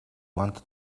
wanted